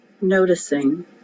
noticing